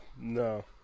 No